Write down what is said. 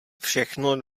všechno